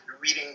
reading